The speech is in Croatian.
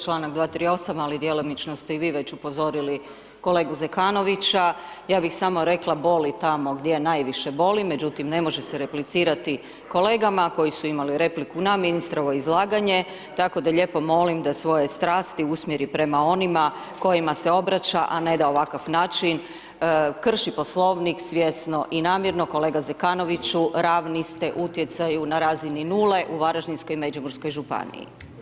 Čl. 238., ali djelomično ste i vi već upozorili kolegu Zekanovića, ja bih samo rekla, boli tamo gdje najviše boli, međutim, ne može se replicirati kolegama koji su imali repliku na ministrovo izlaganje, tako da lijepo molim da svoje strasti usmjeri prema onima kojima se obraća, a ne da na ovakav način krši Poslovnik svjesno i namjerno, kolega Zekanoviću ravni ste utjecaju na razini nule u Varaždinskoj i Međimurskoj županiji.